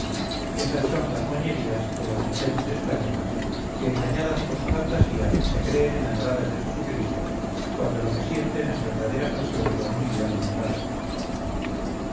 esas son gazmoñerías de las muchachas españolas que engañadas por su fantasía se creen enamoradas de jesucristo cuando lo que sienten es verdadera pasión por un ideal mundano